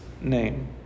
name